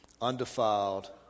undefiled